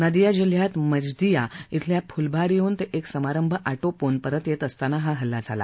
नदिया जिल्ह्यात मजदिया श्विल्या फुलबारीहून ते एक समारंभ आटोपून परत येत असताना हा हल्ला झाला